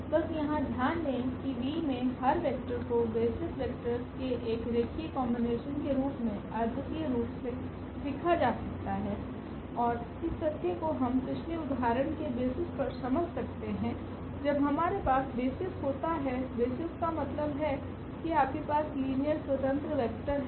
बस यहां ध्यान दें कि V में हर वेक्टर को बेसिस वेक्टर्स के एक रेखीय कोम्बिनेशन के रूप में अद्वितीय रूप से लिखा जा सकता है और इस तथ्य को हम पिछले उदाहरण के बेसिस पर समझ सकते हैं जब हमारे पास बेसिस होता है बेसिस का मतलब है कि आपके पास लीनियर स्वतंत्र वेक्टर हैं